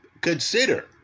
Consider